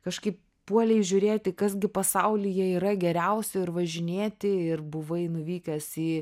kažkaip puolei žiūrėti kas gi pasaulyje yra geriausio ir važinėti ir buvai nuvykęs į